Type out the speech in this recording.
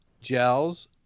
gels